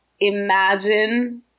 imagine